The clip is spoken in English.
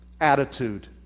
Attitude